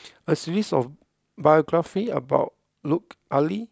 a series of biographies about Lut Ali